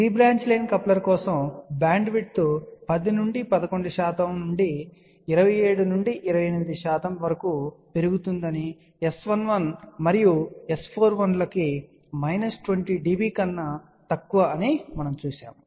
3 branch line coupler కోసం bandwidth 10 11 శాతం నుండి 27 నుండి 28 శాతం వరకు పెరుగుతుందని S11 మరియు S41 లకు మైనస్ 20 dB కన్నా తక్కువ అని మనము చూశాము